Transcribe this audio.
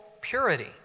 purity